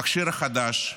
המכשיר החדש,